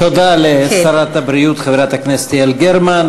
תודה לשרת הבריאות חברת הכנסת יעל גרמן,